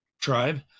tribe